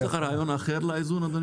יש לך רעיון אחר לאיזון, אדוני?